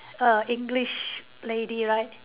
English lady right